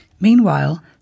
Meanwhile